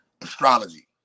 astrology